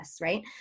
Right